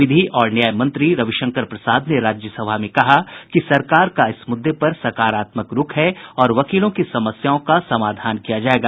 विधि और न्याय मंत्री रविशंकर प्रसाद ने राज्यसभा में कहा कि सरकार का इस मुद्दे पर सकारात्मक रूख है और वकीलों की समस्याओं का समाधान किया जाएगा